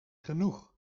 genoeg